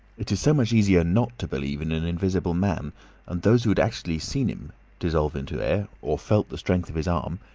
it is so much easier not to believe in an invisible man and those who had actually seen him dissolve into air, or felt the strength of his arm,